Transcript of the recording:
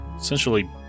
essentially